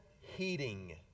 heating